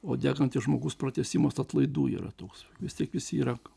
o degantis žmogus pratęsimas atlaidų yra toks vis tiek jis yra